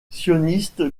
sioniste